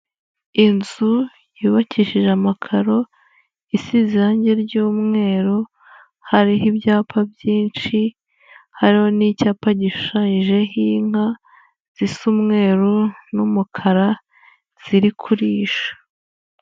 Inzu yubakishije amakaro, isize irange ry'umweru, hariho ibyapa byinshi, hariho n'icyapa gishushanyijeho inka zisa umweru n'umukara ziri kurisha.